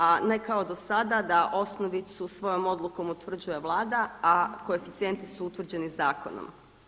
A ne kao da do sada osnovicu svojom odlukom utvrđuje Vlada a koeficijenti su utvrđeni zakonom.